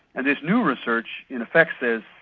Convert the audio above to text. and this new research in effect says,